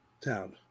town